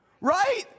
Right